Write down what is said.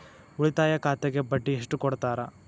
ಉಳಿತಾಯ ಖಾತೆಗೆ ಬಡ್ಡಿ ಎಷ್ಟು ಕೊಡ್ತಾರ?